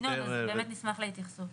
5 ינון, אז באמת נשמח להתייחסות.